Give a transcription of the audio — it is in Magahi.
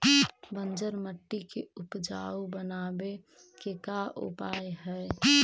बंजर मट्टी के उपजाऊ बनाबे के का उपाय है?